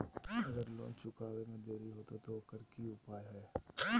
अगर लोन चुकावे में देरी होते तो ओकर की उपाय है?